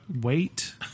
Wait